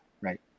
right